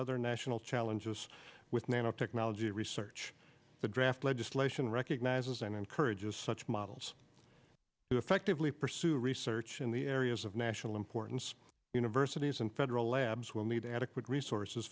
other national challenges with nanotechnology research the draft legislation recognizes and encourages such models effectively pursue research in the areas of national importance universities and federal labs will need adequate resources